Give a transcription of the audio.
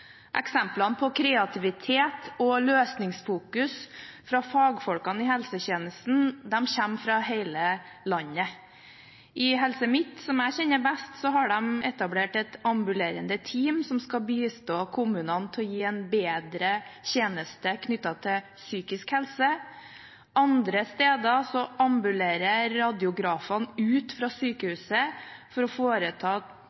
Eksemplene på kreativitet og løsningsfokus fra fagfolkene i helsetjenesten kommer fra hele landet. I Helse Midt-Norge, som jeg kjenner best, har de etablert et ambulerende team som skal bistå kommunene med å gi en bedre tjeneste knyttet til psykisk helse. Andre steder ambulerer radiografene ut fra sykehuset for å foreta